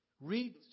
Read